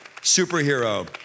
superhero